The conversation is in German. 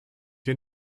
wir